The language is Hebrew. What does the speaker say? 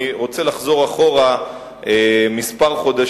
אני רוצה לחזור אחורה חודשים מספר,